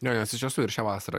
jo nes iš tiesų ir šią vasarą